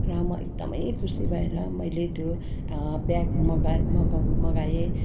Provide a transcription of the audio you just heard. र म एकदमै खुसी भएर मैले त्यो ब्याग मगाएँँ मगाउ मगाएँ